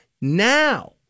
Now